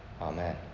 Amen